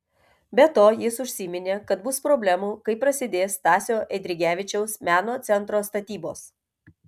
be to jis užsiminė kad bus problemų kai prasidės stasio eidrigevičiaus meno centro statybos